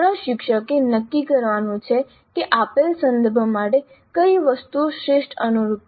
પ્રશિક્ષકે નક્કી કરવાનું છે કે આપેલ સંદર્ભ માટે કઈ વસ્તુઓ શ્રેષ્ઠ અનુરૂપ છે